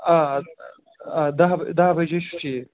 آ آ دَہ دَہ بَجے چھُ ٹھیٖک